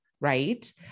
right